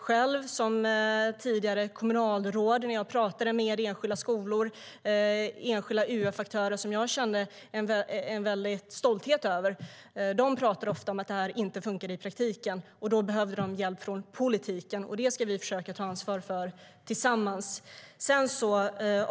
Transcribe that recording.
Som tidigare kommunalråd pratade jag med enskilda skolor och enskilda UF-aktörer som jag kände en väldig stolthet över. De pratade ofta om att det inte funkade i praktiken och att de behövde hjälp från politiken, och det ska vi försöka ta ansvar för tillsammans.